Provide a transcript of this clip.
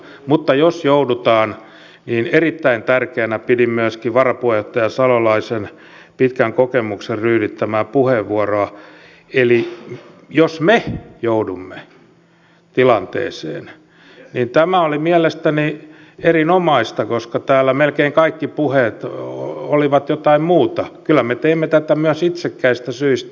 mutta jos joudutaan niin erittäin tärkeänä pidin myöskin varapuheenjohtaja salolaisen pitkän kokemuksen ryydittämää puheenvuoroa eli jos me joudumme tilanteeseen tämä oli mielestäni erinomaista koska täällä melkein kaikki puheet olivat jotain muuta kyllä me teemme tätä myös itsekkäistä syistä